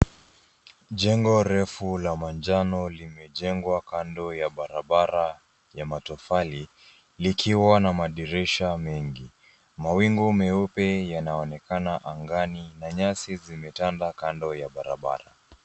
Jengo refu la manjano limejengwa kando ya barabara ya matofali, likiwa na madirisha mengi. Mawingu meupe yanaonekana angani na nyasi zimetanda kando ya barabara.